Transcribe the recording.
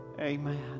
amen